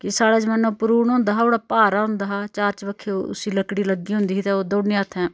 कि साढ़ै जमानै पुरुन होंदा हा बड़ा भारा होंदा हा चार चबक्खै उसी लक्कड़ी लग्गी दी होंदी ही ते ओह् दोनी हत्थें